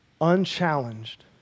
unchallenged